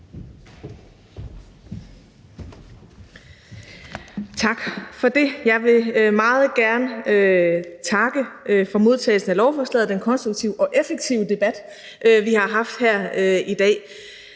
Tak for det. Jeg vil meget gerne takke for modtagelsen af lovforslaget og den konstruktive og effektive debat, vi har haft her i dag.